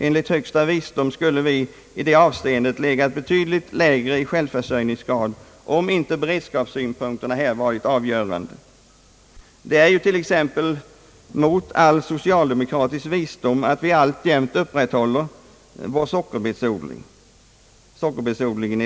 Enligt högsta visdom skulle vi i det avseendet ha legat betydligt lägre i självförsörjning om inte beredskapssynpunkterna här varit avgörande. Det är ju t.ex. mot all socialdemokratisk visdom som vi alltjämt uppehåller vår sockerbetsodling.